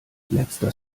letzter